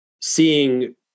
seeing